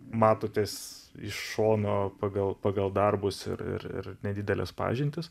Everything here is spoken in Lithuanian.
matotės iš šono pagal pagal darbus ir ir ir nedideles pažintis